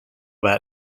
bat